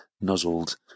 nuzzled